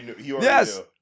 Yes